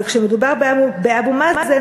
אבל כשמדובר באבו מאזן,